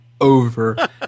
over